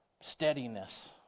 steadiness